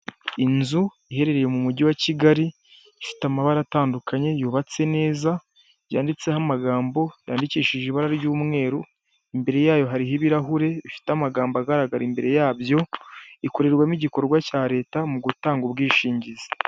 Inzu iherereye mu mujyi wa kigali ifite amabara atandukanye yubatse neza, yanditseho amagambo yandikishije ibara ry'umweru, imbere yayo hariho ibirahure bifite amagambo agaragara imbere yabyo, ikorerwamo igikorwa cya leta mu gutanga ubwishingizi.